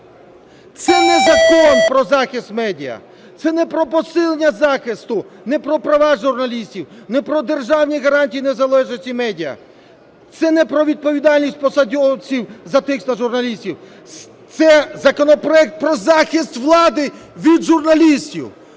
це не закон про захист медіа, це не про посилення захисту, не про права журналістів, не про державні гарантії незалежності медіа, це не про відповідальність посадовців за тиск на журналістів, це законопроект про захист влади від журналістів".